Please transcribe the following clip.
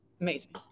amazing